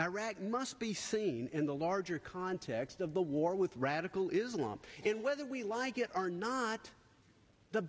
iraq must be seen in the larger context of the war with radical islam and whether we like it or not the